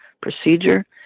procedure